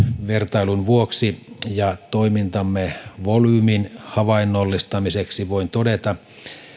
vertailun vuoksi ja toimintamme volyymin havainnollistamiseksi voin todeta että